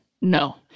No